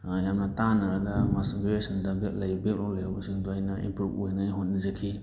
ꯌꯥꯝꯅ ꯇꯥꯟꯅꯔꯒ ꯒ꯭ꯔꯦꯖꯨꯑꯦꯁꯟꯗ ꯕꯦꯛ ꯂꯣꯛ ꯂꯩꯍꯧꯕꯁꯤꯡꯗꯣ ꯑꯩꯅ ꯏꯝꯄ꯭ꯔꯨꯕ ꯑꯣꯏꯅꯉꯥꯏ ꯍꯣꯠꯅꯖꯈꯤ